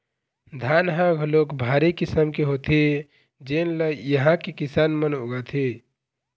धान ह घलोक भारी किसम के होथे जेन ल इहां के किसान मन उगाथे